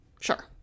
sure